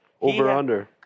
over-under